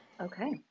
Okay